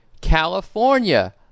California